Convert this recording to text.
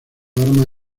arma